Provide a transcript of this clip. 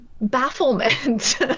bafflement